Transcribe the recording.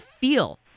feel